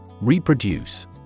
Reproduce